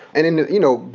and and, you know,